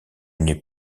n’ai